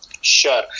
sure